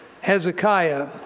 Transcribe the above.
Hezekiah